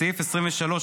סעיף 23,